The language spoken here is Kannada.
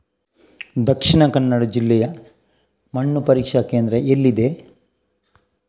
ದಕ್ಷಿಣ ಕನ್ನಡ ಜಿಲ್ಲೆಯಲ್ಲಿ ಮಣ್ಣು ಪರೀಕ್ಷಾ ಕೇಂದ್ರ ಎಲ್ಲಿದೆ?